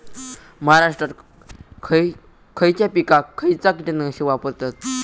महाराष्ट्रात खयच्या पिकाक खयचा कीटकनाशक वापरतत?